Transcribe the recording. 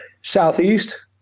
Southeast